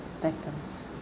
victims